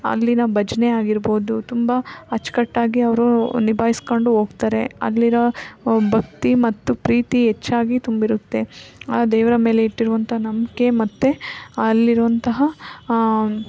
ಅಲ್ಲಿನ ಭಜನೆ ಆಗಿರ್ಬೋದು ತುಂಬ ಅಚ್ಚುಕಟ್ಟಾಗಿ ಅವರು ನಿಭಾಯಿಸ್ಕೊಂಡು ಹೋಗ್ತಾರೆ ಅಲ್ಲಿರೋ ಭಕ್ತಿ ಮತ್ತು ಪ್ರೀತಿ ಹೆಚ್ಚಾಗಿ ತುಂಬಿರುತ್ತೆ ಆ ದೇವರ ಮೇಲೆ ಇಟ್ಟಿರುವಂಥ ನಂಬಿಕೆ ಮತ್ತು ಅಲ್ಲಿರುವಂತಹ